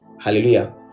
Hallelujah